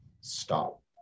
stop